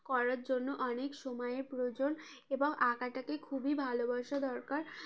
করার জন্য অনেক সময়ের প্রয়োজন এবং আঁকাটাকে খুবই ভালোবাসা দরকার